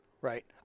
Right